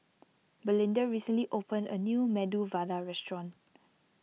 Belinda recently opened a new Medu Vada restaurant